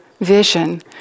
vision